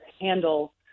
handle